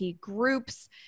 groups